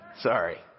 Sorry